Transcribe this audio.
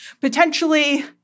potentially